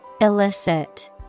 Illicit